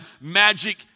magic